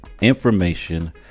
information